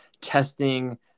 testing